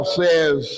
says